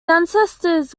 ancestors